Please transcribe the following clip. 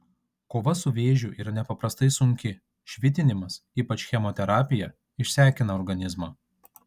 kova su vėžiu yra nepaprastai sunki švitinimas ypač chemoterapija išsekina organizmą